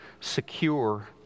secure